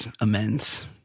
amends